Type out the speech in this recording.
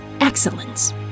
excellence